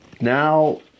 now